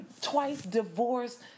twice-divorced